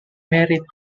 married